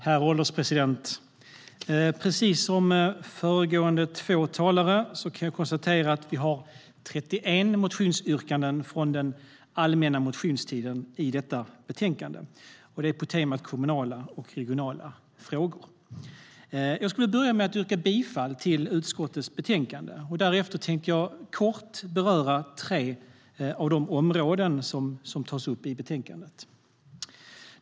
Herr ålderspresident! Precis som de två föregående talarna har sagt kan jag konstatera att det finns 31 motionsyrkanden från den allmänna motionstiden i detta betänkande. De är på temat kommunala och regionala frågor. Jag ska börja med att yrka bifall till förslaget i utskottets betänkande. Därefter tänker jag kort beröra tre av de områden som tas upp i betänkandet.